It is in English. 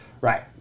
right